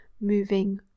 moving